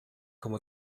como